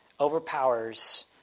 overpowers